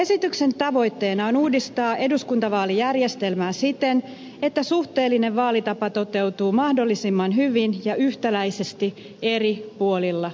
esityksen tavoitteena on uudistaa eduskuntavaalijärjestelmää siten että suhteellinen vaalitapa toteutuu mahdollisimman hyvin ja yhtäläisesti eri puolilla maata